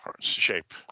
shape